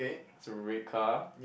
it's a red car